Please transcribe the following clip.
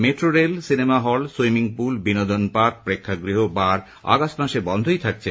metro rail cinema hall swimming pool বিনোদন park প্রেক্ষাগৃহ বার আগস্ট মাসে বন্ধই থাকবে